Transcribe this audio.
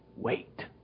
Wait